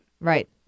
Right